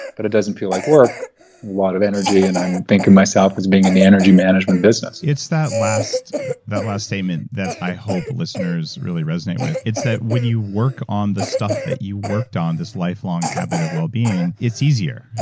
but it doesn't feel like work, a lot of energy and i think of myself as being in the energy management business. it's that last that last statement that i hope listeners really resonate with. it's that when you work on the stuff that you worked on, this lifelong habit of wellbeing, it's easier.